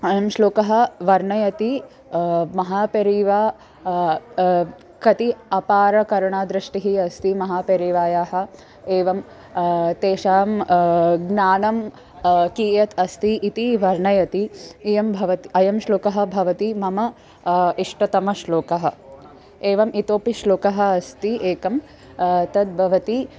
अयं श्लोकः वर्णयति महापेरिवा कति अपारकरणादृष्टिः अस्ति महापेरिवा एवं तेषां ज्ञानं कियत् अस्ति इति वर्णयति इयं भवति अयं श्लोकः भवति मम इष्टतम श्लोकः एवम् इतोऽपि श्लोकः अस्ति एकं तत् भवति